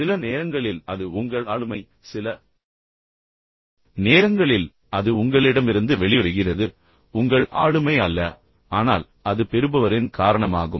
சில நேரங்களில் அது உங்கள் ஆளுமை சில நேரங்களில் அது உங்களிடமிருந்து வெளிவருகிறது உங்கள் ஆளுமை அல்ல ஆனால் அது பெறுபவரின் காரணமாகும்